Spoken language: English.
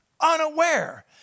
unaware